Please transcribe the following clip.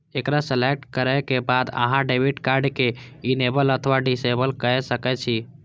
एकरा सेलेक्ट करै के बाद अहां डेबिट कार्ड कें इनेबल अथवा डिसेबल कए सकै छी